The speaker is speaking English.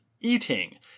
eating